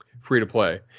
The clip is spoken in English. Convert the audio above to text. free-to-play